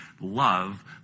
love